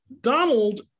Donald